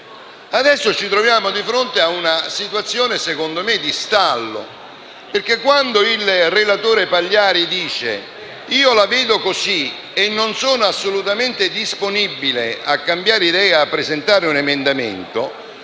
adesso ci troviamo di fronte ad una situazione di stallo, perché quando il relatore Pagliari dice che egli la vede così e non è assolutamente disponibile a cambiare idea e a presentare un emendamento,